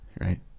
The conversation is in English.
Right